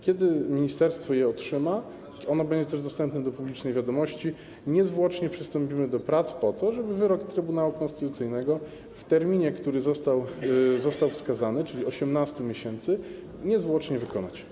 Kiedy ministerstwo je otrzyma, ono będzie też dostępne, podane do publicznej wiadomości, niezwłocznie przystąpimy do prac, żeby wyrok Trybunału Konstytucyjnego w terminie, który został wskazany, czyli 18 miesięcy, niezwłocznie wykonać.